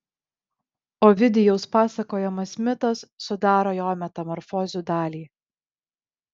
ovidijaus pasakojamas mitas sudaro jo metamorfozių dalį